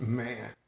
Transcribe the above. man